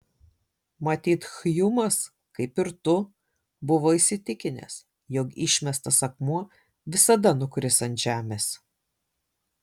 matyt hjumas kaip ir tu buvo įsitikinęs jog išmestas akmuo visada nukris ant žemės